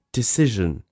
Decision